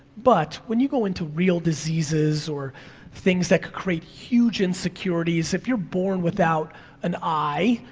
but when you go into real diseases or things that could create huge insecurities, if you're born without an eye,